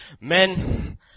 men